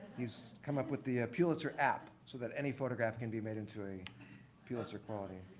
these come up with the pulitzer app so that any photograph can be made into a pulitzer quality.